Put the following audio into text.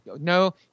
No